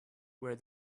where